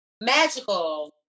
Magical